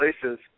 places